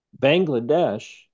Bangladesh